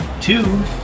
Two